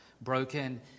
broken